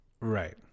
right